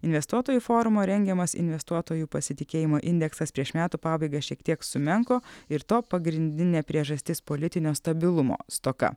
investuotojų forumo rengiamas investuotojų pasitikėjimo indeksas prieš metų pabaigą šiek tiek sumenko ir to pagrindinė priežastis politinio stabilumo stoka